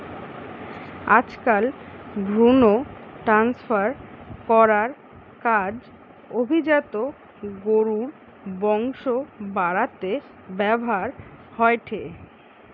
আজকাল ভ্রুন ট্রান্সফার করার কাজ অভিজাত গরুর বংশ বাড়াতে ব্যাভার হয়ঠে